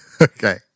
Okay